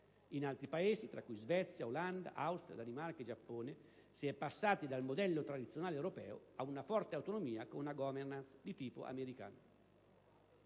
In altri Paesi, tra cui Svezia, Olanda, Austria, Danimarca e Giappone, si è passati dal modello tradizionale europeo a una forte autonomia con una *governance* di tipo americano.